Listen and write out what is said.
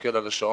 מסתכל על השעון,